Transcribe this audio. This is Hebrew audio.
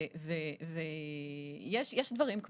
ויש דברים,